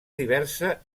diversa